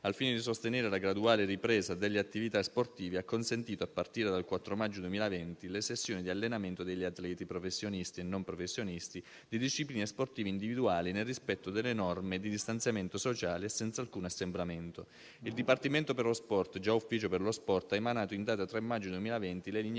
al fine di sostenere la graduale ripresa delle attività sportive, ha consentito, a partire dal 4 maggio 2020, le sessioni di allenamento degli atleti professionisti e non professionisti di discipline sportive individuali, nel rispetto delle norme di distanziamento sociale e senza alcun assembramento. Il Dipartimento per lo sport, già Ufficio per lo sport, ha emanato, in data 3 maggio 2020, le linee